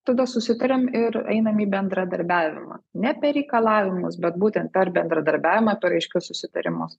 tada susitariam ir einam į bendradarbiavimą ne per reikalavimus bet būtent per bendradarbiavimą per aiškius susitarimus